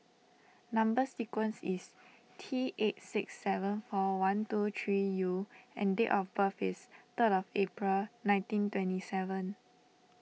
Number Sequence is T eight six seven four one two three U and date of birth is third of April nineteen twenty seven